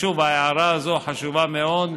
ההערה הזאת חשובה מאוד,